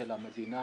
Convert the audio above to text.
המדינה